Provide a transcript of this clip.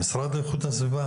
המשרד לאיכות הסביבה.